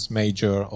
major